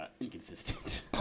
inconsistent